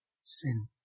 sin